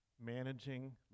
managing